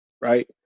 right